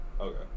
okay